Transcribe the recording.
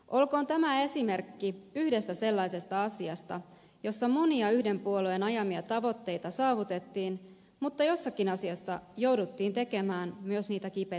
olkoon tämä esimerkkinä sellaisista asioista joissa vaikka monia yhden puoleen ajamia tavoitteita saavutettiin jouduttiin tekemään myös niitä kipeitä kompromisseja